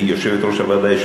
היא יושבת-ראש הוועדה.